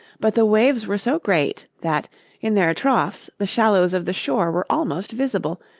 but the waves were so great that in their troughs the shallows of the shore were almost visible,